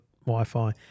Wi-Fi